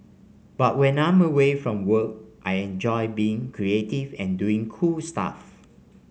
but when I'm away from work I enjoy being creative and doing cool stuff